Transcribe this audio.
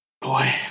Boy